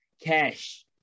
cash